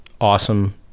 awesome